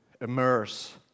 immerse